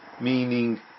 Meaning